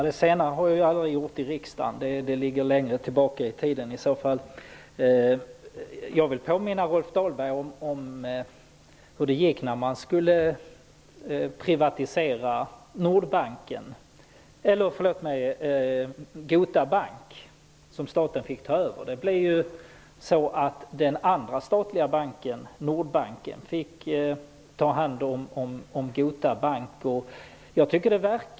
Herr talman! Jag har aldrig gjort en sådan plädering i riksdagen. Det måste ligga längre tillbaka i tiden. Jag vill påminna Rolf Dahlberg om hur det gick när man skulle privatisera Gota bank, som staten fick ta över. Den andra statliga banken, Nordbanken, fick då ta hand om Gota bank.